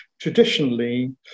traditionally